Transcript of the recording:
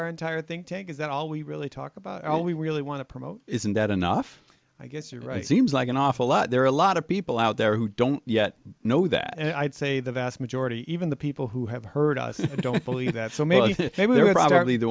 our entire think tank is that all we really talk about all we really want to promote isn't that enough i guess you're right seems like an awful lot there are a lot of people out there who don't yet know that i'd say the vast majority even the people who have heard it don't believe that so maybe they